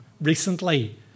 recently